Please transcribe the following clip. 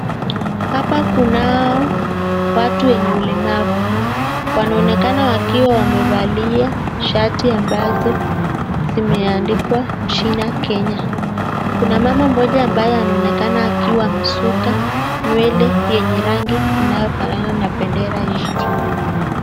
Hapa kunao watu wenye ulemavu. Wanaonekana wakiwa wamevalia shati ambazo zimeandikwa jina Kenya. Kuna mama mmoja ambaye anaonekana akiwa amesuka nywele yenye rangi inayofanana na bendera yetu.